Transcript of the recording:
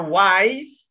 wise